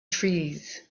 trees